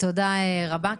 תודה רבה.